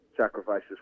sacrifices